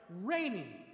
raining